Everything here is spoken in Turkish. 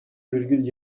virgül